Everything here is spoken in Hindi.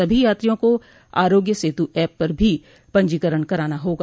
सभी यात्रियों को आरोग्य सेतु ऐप पर भी पंजीकरण कराना होगा